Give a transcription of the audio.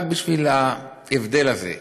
רק בשביל ההבדל הזה,